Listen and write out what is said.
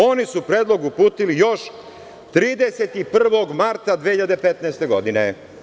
Oni su predlog uputili još 31. marta 2015. godine.